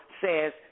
says